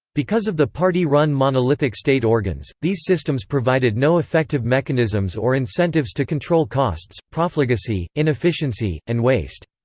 because of the party-run monolithic state organs, these systems provided no effective mechanisms or incentives to control costs, profligacy, inefficiency, and waste.